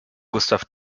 gustav